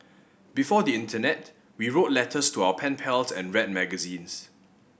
before the internet we wrote letters to our pen pals and read magazines